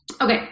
okay